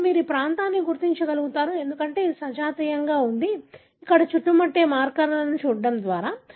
ఇప్పుడు మీరు ఈ ప్రాంతాన్ని గుర్తించగలరు ఎందుకంటే ఇది సజాతీయంగా ఉంది ఇక్కడ చుట్టుముట్టే మార్కర్లను చూడటం ద్వారా